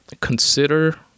consider